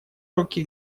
руки